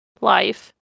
life